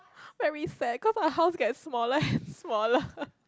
very sad cause my house get smaller and smaller